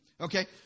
okay